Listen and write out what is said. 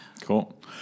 Cool